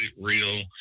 real